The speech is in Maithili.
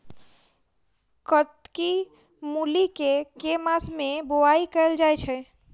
कत्की मूली केँ के मास मे बोवाई कैल जाएँ छैय?